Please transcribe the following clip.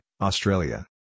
Australia